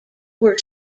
were